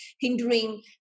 hindering